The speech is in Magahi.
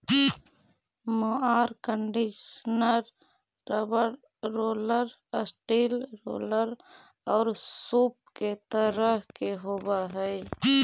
mower conditioner rubber roller, steel roller औउर सूप के तरह के होवऽ हई